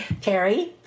Terry